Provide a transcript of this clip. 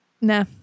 Nah